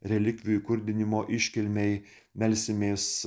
relikvijų įkurdinimo iškilmei melsimės